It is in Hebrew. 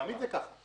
תמיד זה ככה.